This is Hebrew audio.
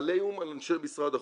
העליהום על אנשי משרד החוץ,